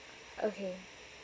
okay